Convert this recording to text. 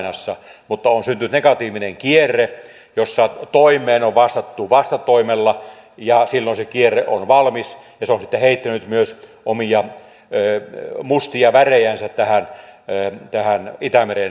on syntynyt negatiivinen kierre jossa toimeen on vastattu vastatoimella ja silloin se kierre on valmis ja se on sitten heittänyt myös omia mustia värejänsä tähän itämeren alueelle